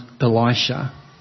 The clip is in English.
Elisha